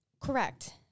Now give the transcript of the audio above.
Correct